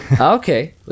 Okay